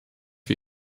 wir